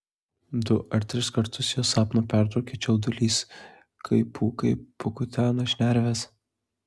du ar tris kartus jo sapną pertraukia čiaudulys kai pūkai pakutena šnerves